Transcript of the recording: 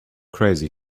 crazy